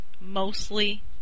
mostly